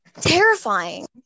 terrifying